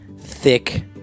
thick